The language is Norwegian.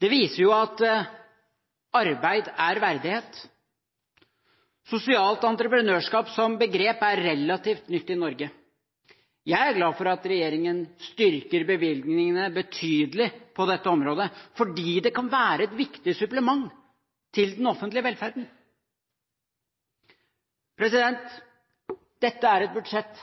Det viser jo at arbeid er verdighet. Sosialt entreprenørskap som begrep er relativt nytt i Norge. Jeg er glad for at regjeringen styrker bevilgningene betydelig på dette området, fordi det kan være et viktig supplement til den offentlige velferden. Dette er et budsjett